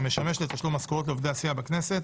המשמש לתשלום משכורות לעובדי הסיעה בכנסת